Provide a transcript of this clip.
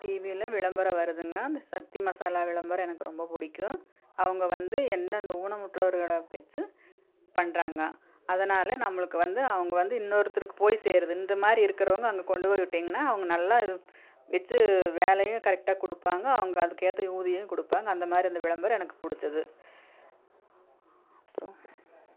டிவியில் விளம்பரம் வருதுங்க இந்த சக்தி மசாலா விளம்பரம் எனக்கு ரொம்ப பிடிக்கும் அவங்க வந்து என்ன அந்த ஊனமுற்றோர்களை வைச்சு பண்ணுறாங்க அதனால் நம்மளுக்கு வந்து அவங்க வந்து இன்னொருத்தருக்கு போய் சேருது இந்தமாதிரி இருக்கிறவங்க அங்கே கொண்டு போய் விட்டீங்கன்னா அவங்க நல்லா வைச்சு வேலையும் கரெக்டாக கொடுப்பாங்க அவங்க அதுக்கு ஏற்ற ஊதியமும் கொடுப்பாங்க அந்த மாதிரி இந்த விளம்பரம் எனக்கு பிடிச்சிது அப்றம்